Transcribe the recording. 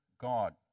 God